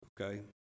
okay